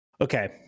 okay